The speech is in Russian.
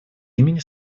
имени